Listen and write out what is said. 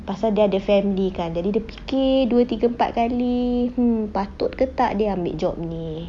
pasal dia ada family kan jadi dia fikir dua tiga empat kali hmm patut ke tak dia ambil job ni